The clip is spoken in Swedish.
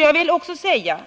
Jag vill också säga,